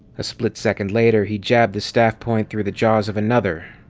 a split second later, he jabbed the staff point through the jaws of another,